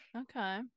Okay